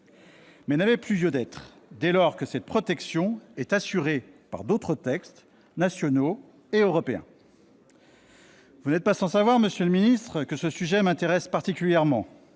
elle n'avait plus lieu d'être dès lors que cette protection est assurée par d'autres textes, nationaux et européens. Vous n'êtes pas sans savoir, monsieur le ministre, que ce sujet m'intéresse particulièrement,